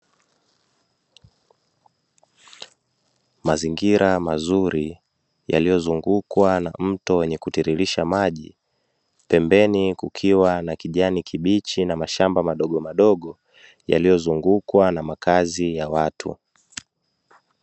Mazingira mazuri yaliyozungukwa na mto wenye kutiririsha maji pembeni kukiwa na kijani kibichi na mashamba madogomadogo, yaliyozungukwa na makazi ya watu.